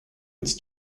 its